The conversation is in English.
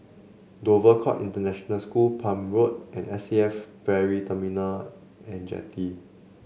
Dover Court International School Palm Road and S A F Ferry Terminal and Jetty